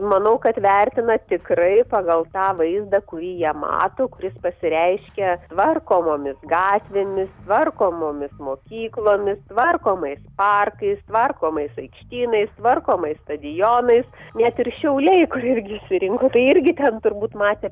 manau kad vertina tikrai pagal tą vaizdą kurį jie mato kuris pasireiškia tvarkomomis gatvėmis tvarkomomis mokyklomis tvarkomais parkais tvarkomais aikštynais tvarkomais stadionais net ir šiauliai kur irgi išsirinko tai irgi ten turbūt matė